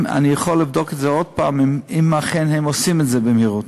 אני יכול לבדוק עוד פעם אם הם אכן עושים את זה במהירות,